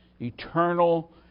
eternal